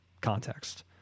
context